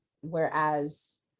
whereas